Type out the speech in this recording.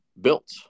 built